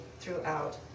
throughout